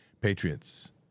Patriots